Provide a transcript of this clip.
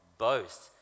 boast